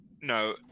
No